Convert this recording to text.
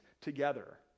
together